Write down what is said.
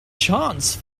chance